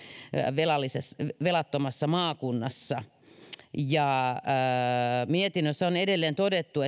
velattomassa velattomassa maakunnassa mietinnössä on edelleen todettu